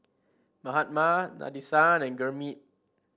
Mahatma Nadesan and Gurmeet